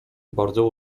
bardzo